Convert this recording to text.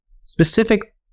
specific